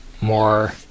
more